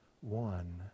one